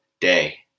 day